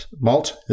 malt